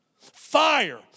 Fire